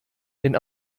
denn